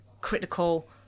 critical